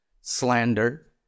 slander